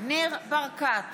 ניר ברקת,